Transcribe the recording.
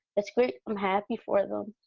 that's great. i'm happy for them,